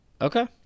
okay